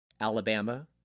Alabama